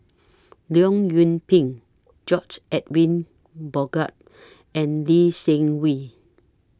Leong Yoon Pin George Edwin Bogaars and Lee Seng Wee